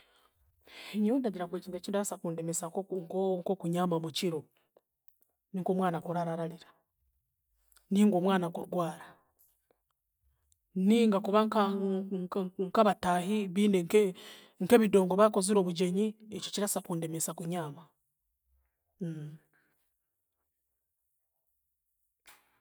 Nyowe ndagira ngw'ekintu ekiraasa kundemesa nko- nkokunyaama mukiro, ninkomwana kuraara ararira ninga omwana kurwara ninga kuba nka nka nkabataahi biine nke nkebidongo baakozire obugyenyi, ekyo kiraasa kundemesa kunyaama.